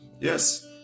Yes